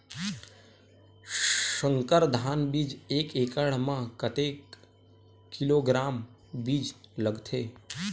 संकर धान बीज एक एकड़ म कतेक किलोग्राम बीज लगथे?